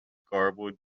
garbled